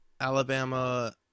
Alabama